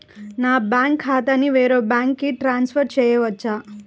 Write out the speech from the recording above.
నా బ్యాంక్ ఖాతాని వేరొక బ్యాంక్కి ట్రాన్స్ఫర్ చేయొచ్చా?